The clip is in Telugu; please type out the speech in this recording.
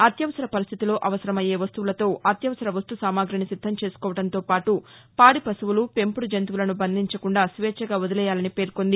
అత్యవసర పరిస్టితిలో అవసరమయ్యే వస్తుపులతో అత్యవసర వస్తు సామగ్రిని సిద్దం చేసుకోవడంతో పాటు పాడి పశువులు పెంపుడు జంతువులను బంధించకుండా స్వేచ్చగా వదిలేయాలని పేర్కొంది